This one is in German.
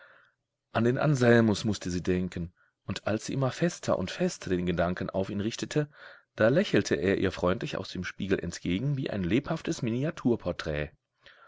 an den anselmus mußte sie denken und als sie immer fester und fester den gedanken auf ihn richtete da lächelte er ihr freundlich aus dem spiegel entgegen wie ein lebhaftes